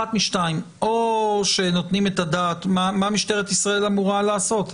מה משטרת ישראל אמורה לעשות?